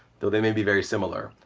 though they may be very similar.